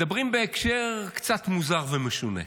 מדברים בהקשר קצת מוזר ומשונה.